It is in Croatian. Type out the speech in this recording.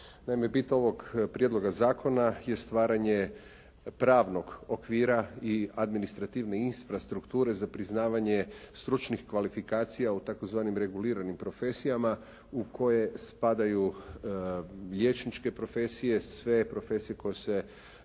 bit ovog prijedloga zakona je stvaranje pravnog okvira i administrativne infrastrukture za priznavanje stručnih kvalifikacija u tzv. reguliranim profesijama u koje spadaju liječničke profesije, sve profesije koje se